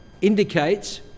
indicates